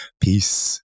Peace